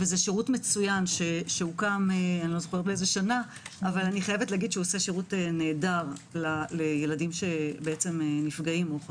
זה שירות מצוין שהוקם ועושה שירות נהדר לילדים שנפגעים.